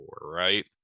right